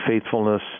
faithfulness